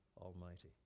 Almighty